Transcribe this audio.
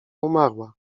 umarła